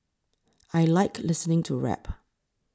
I like listening to rap